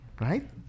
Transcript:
Right